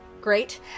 Great